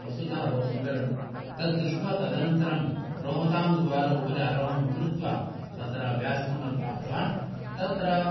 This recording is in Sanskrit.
वस्तुत बहु सुन्दरं तत् दृष्ट्वा तदनन्तरं रोहताङ्ग् द्वारा उपरि आरोहणं कृत्वा तत्र व्यासकुण्डं प्राप्तवान् तत्र